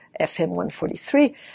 FM143